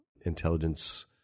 intelligence